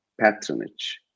patronage